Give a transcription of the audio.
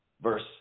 verse